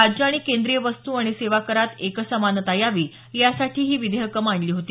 राज्य आणि केंद्रीय वस्तू आणि सेवा करात एकसमानता यावी यासाठी ही विधेयकं मांडली होती